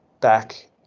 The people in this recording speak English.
back